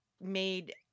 made